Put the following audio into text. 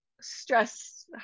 stress